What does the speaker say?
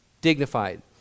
dignified